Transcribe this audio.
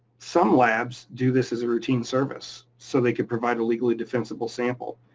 some labs, do this as a routine service, so they could provide a legally defensible sample.